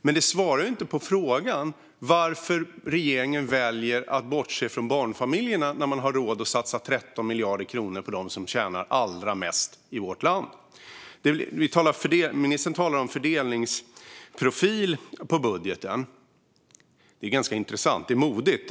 Men det svarar inte på varför regeringen väljer att bortse från barnfamiljerna när man har råd att satsa 13 miljarder kronor på dem i vårt land som tjänar allra mest. Ministern talar om fördelningsprofil i budgeten. Det är ganska intressant. Det är modigt.